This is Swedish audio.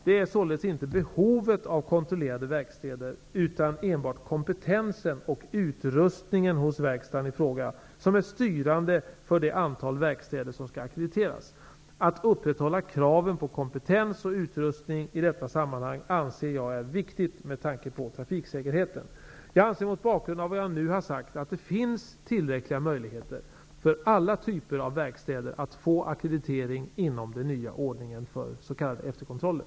Det är således inte behovet av kontrollerande verkstäder, utan enbart kompetensen och utrustningen hos verkstaden i fråga, som är styrande för det antal verkstäder som skall ackrediteras. Att upprätthålla kraven på kompetens och utrustning i detta sammanhang anser jag är viktigt med tanke på trafiksäkerheten. Jag anser mot bakgrund av vad jag nu har sagt att det finns tillräckliga möjligheter för alla typer av verkstäder att få ackreditering inom den nya ordningen för s.k. efterkontroller.